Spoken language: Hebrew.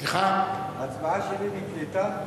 ההצבעה שלי נקלטה?